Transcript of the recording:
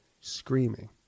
screaming